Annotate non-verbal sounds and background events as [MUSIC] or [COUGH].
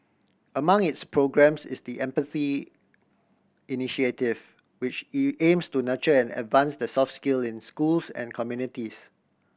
among its programmes is the Empathy Initiative which [UNINTELLIGIBLE] aims to nurture and advance the soft skill in schools and communities